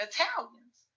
Italians